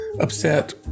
upset